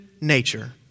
nature